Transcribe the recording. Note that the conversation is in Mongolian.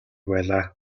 байлаа